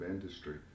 industry